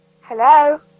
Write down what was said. Hello